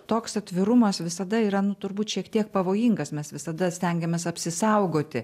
toks atvirumas visada yra turbūt šiek tiek pavojingas mes visada stengiamės apsisaugoti